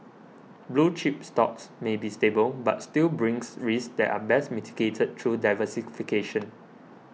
blue chip stocks may be stable but still brings risks that are best mitigated through diversification